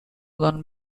well